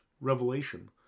revelation